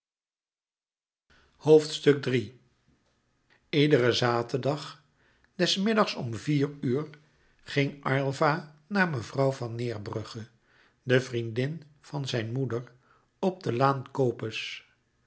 iederen zaterdag des middags om vier uur ging aylva naar mevrouw van neerbrugge de vriendin van zijn moeder op de laan copes